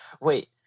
wait